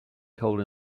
cold